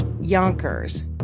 Yonkers